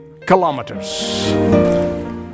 Kilometers